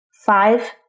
five